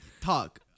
Talk